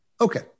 Okay